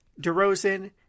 DeRozan